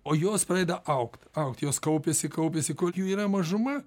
o jos pradeda augt augt jos kaupiasi kaupiasi kol jų yra mažuma